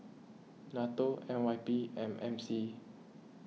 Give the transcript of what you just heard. Nato N Y P and M C